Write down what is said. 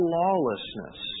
lawlessness